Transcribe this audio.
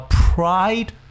pride